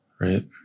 right